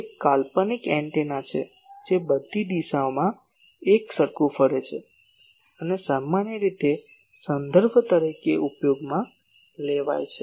તે એક કાલ્પનિક એન્ટેના છે જે બધી દિશાઓમાં એકસરખું ફરે છે અને સામાન્ય રીતે સંદર્ભ તરીકે ઉપયોગમાં લેવાય છે